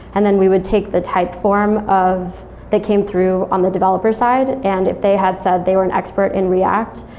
and then we would take the type form of they came through on the developer side. and if they had said they were an expert in react,